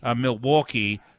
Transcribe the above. Milwaukee